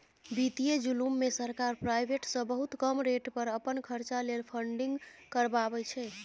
बित्तीय जुलुम मे सरकार प्राइबेट सँ बहुत कम रेट पर अपन खरचा लेल फंडिंग करबाबै छै